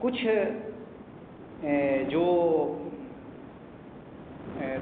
कुछ जो